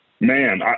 Man